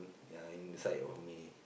ya inside of me